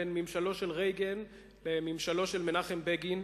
בין ממשלו של רייגן לממשלו של מנחם בגין.